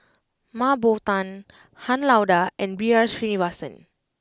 Mah Bow Tan Han Lao Da and B R Sreenivasan